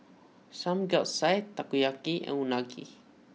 Samgeyopsal Takoyaki and Unagi